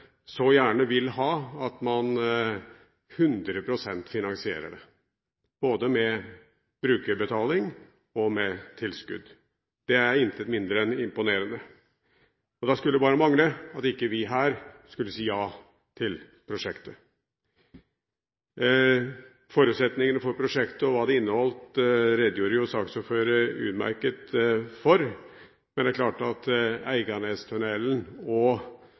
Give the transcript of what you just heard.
så gjerne vil ha at man finansierer det 100 pst., både med brukerbetaling og med tilskudd. Det er intet mindre enn imponerende. Da skulle det bare mange at ikke vi her skulle si ja til prosjektet. Forutsetningene for prosjektet og hva det inneholdt, redegjorde jo saksordføreren utmerket for, men det er klart at Eiganestunnelen og